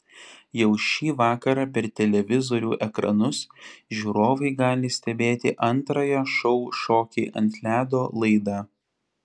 jau šį vakarą per televizorių ekranus žiūrovai gali stebėti antrąją šou šokiai ant ledo laidą